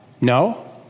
No